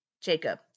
Jacob